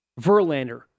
Verlander